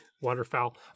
Waterfowl